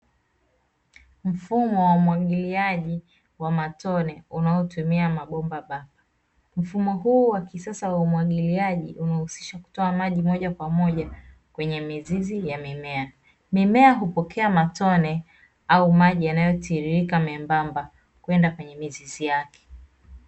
Mfumo wa umwagiliaji wa matone unaotumia mabomba bapa, mfumo huu wa kisasa wa umwagiliaji unahusisha kutoa maji moja kwa moja kwenye mzizi ya mimea, mimea hupokea matone au maji yanayotiririka membamba kwenda kwenye mizizi yake.